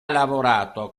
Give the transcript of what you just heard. lavorato